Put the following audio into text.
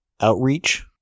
outreach